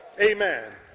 amen